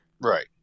Right